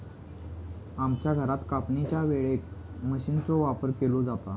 आमच्या घरात कापणीच्या वेळेक मशीनचो वापर केलो जाता